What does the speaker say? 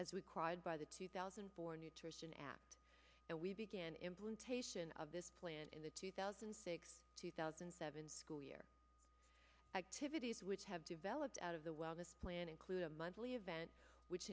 as required by the two thousand and four nutrition act and we began implementation of this plan in the two thousand and six two thousand and seven school year activities which have developed out of the wellness plan include a monthly event which